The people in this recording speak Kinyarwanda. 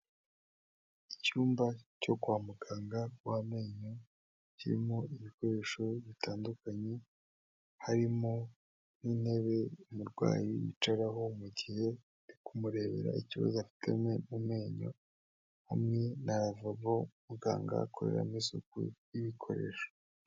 Icyumba cyo kwa muganga w'amenyo kirimo ibikoresho bitandukanye, harimo nk'intebe umurwayi yicaraho mu gihe ari kumurebera ikibazo afite mu menyo, hamwe na lavabo muganga akoreramo isuku y'ibikoresho.